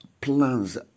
plans